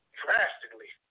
drastically